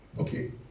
Okay